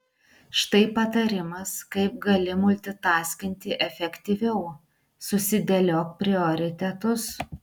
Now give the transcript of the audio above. štai patarimas kaip gali multitaskinti efektyviau susidėliok prioritetus